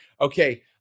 Okay